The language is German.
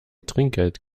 trinkgeld